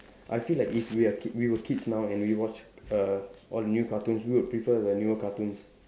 I feel like if we are k~ we were kids now and we watch err all the new cartoons we would prefer the newer cartoons